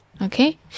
Okay